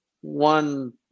one